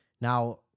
Now